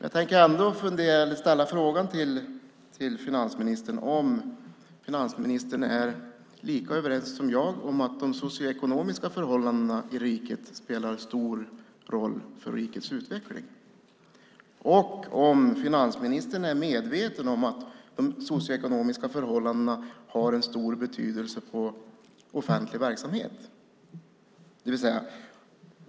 Jag tänker ändå ställa frågan till finansministern om han är lika övertygad som jag om att de socioekonomiska förhållandena i riket spelar en stor roll för rikets utveckling och om finansministern är medveten om att de socioekonomiska förhållandena har en stor betydelse på offentlig verksamhet.